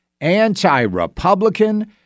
anti-Republican